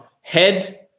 head